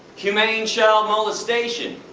humane child molestation?